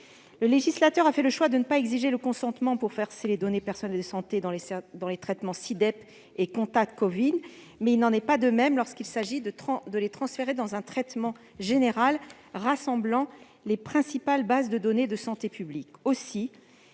le législateur a fait le choix de ne pas exiger de consentement pour verser les données personnelles de santé dans les traitements Sidep et Contact Covid, il ne peut en être de même pour transférer ces données dans un traitement général rassemblant les principales bases de données de santé publique.